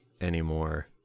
anymore